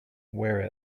wear